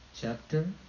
Chapter